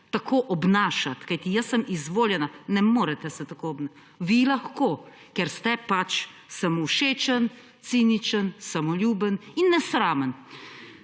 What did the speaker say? tako obnašati, kajti jaz sem izvoljena. Ne morete se tako obnašati. Vi lahko, ker ste pač samovšečni, cinični, samoljubni in nesramni.